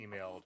emailed